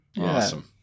Awesome